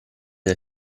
del